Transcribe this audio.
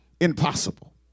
impossible